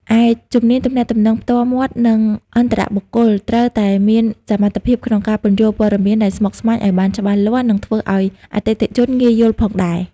ឯ ជំនាញទំនាក់ទំនងផ្ទាល់មាត់ និងអន្តរបុគ្គល ត្រូវតែមានសមត្ថភាពក្នុងការពន្យល់ព័ត៌មានដែលស្មុគស្មាញឱ្យបានច្បាស់លាស់ និងធ្វើអោយអតិថិជនងាយយល់ផងដែរ។